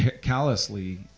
callously